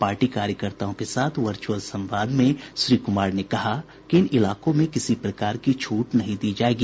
party कार्यकर्ताओं के साथ वर्चुअल संवाद में श्री कुमार ने कहा कि इन इलाकों में किसी प्रकार की छूट नहीं दी जायेगी